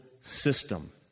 system